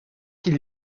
qu’il